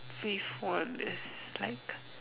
fifth one is like